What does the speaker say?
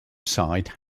site